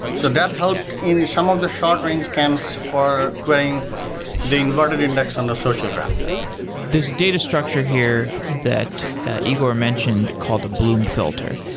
so that helped in some of the short range scans for querying the inverted index on a social graph does data structure here that igor mentioned called a bloom filter.